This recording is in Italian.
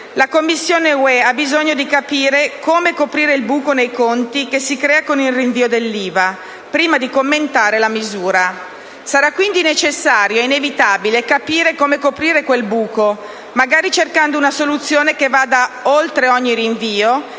la Commissione UE ha bisogno di capire «come coprire il buco nei conti che si crea con il rinvio dell'IVA prima di commentare la misura». Sarà quindi necessario, e inevitabile, capire come coprire quel buco, magari cercando una soluzione che vada oltre ogni rinvio